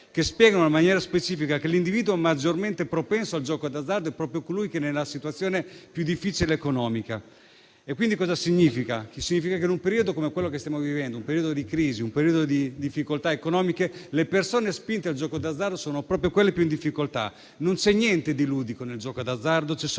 che spiegano, in maniera specifica, che l'individuo maggiormente propenso al gioco d'azzardo è proprio colui che è nella situazione economica più difficile. Questo cosa significa? Significa che in un periodo come quello che stiamo vivendo, un periodo di crisi, un periodo di difficoltà economiche, le persone spinte al gioco d'azzardo sono proprio quelle più in difficoltà. Non c'è niente di ludico nel gioco d'azzardo. Si è